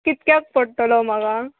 कितक्याक पडटलो म्हाका